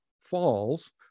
falls